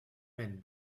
mijn